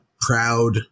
proud